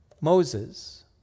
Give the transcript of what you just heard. Moses